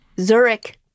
Zurich